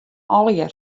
allegear